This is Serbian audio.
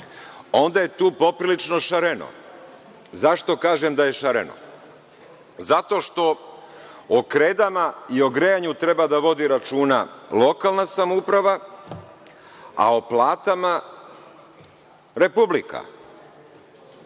onda je tu poprilično šareno. Zašto kažem da je šareno? Zato što o kredama i o grejanju treba da vodi računa lokalna samouprava, a o platama Republika.